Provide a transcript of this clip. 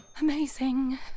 Amazing